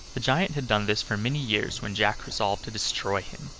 the giant had done this for many years when jack resolved to destroy him.